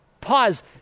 Pause